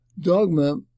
Dogma